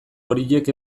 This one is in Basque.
horiek